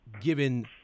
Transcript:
given